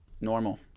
normal